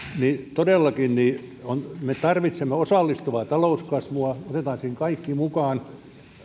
todellakin me tarvitsemme osallistuvaa talouskasvua otetaan siihen kaikki mukaan